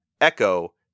Echo